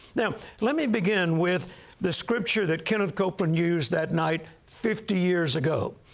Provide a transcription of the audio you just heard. now, let me begin with the scripture that kenneth copeland used that night fifty years ago,